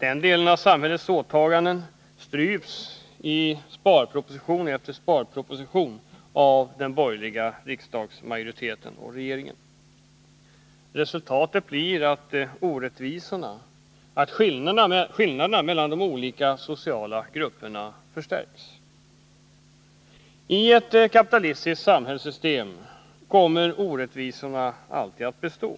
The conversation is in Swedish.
Den delen av samhällets åtaganden stryps i sparproposition efter sparproposition av den borgerliga riksdagsmajoriteten och regeringen. Resultatet blir att orättvisorna och skillnaderna mellan de olika grupperna förstärks. I ett kapitalistiskt samhällssystem kommer orättvisorna att bestå.